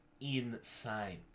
insane